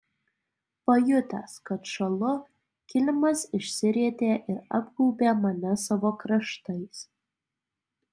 pajutęs kad šąlu kilimas išsirietė ir apgaubė mane savo kraštais